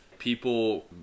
People